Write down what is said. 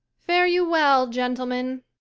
fare you well, gentlemen.